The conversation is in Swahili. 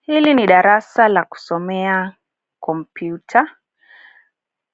Hili ni darasa la kusomea kompyuta.